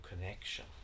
connection